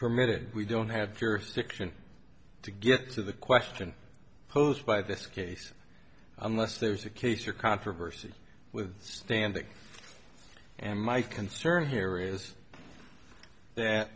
permitted we don't have jurisdiction to get to the question posed by this case unless there's a case or controversy with standing and my concern here is that